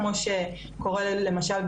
כמו שקורה למשל,